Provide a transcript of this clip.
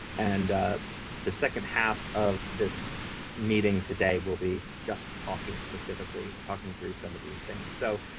and the second half of this meeting today will be just talking specifically, talking through some of these things. so